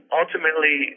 ultimately